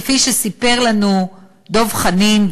כפי שסיפר לנו דב חנין,